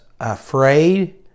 afraid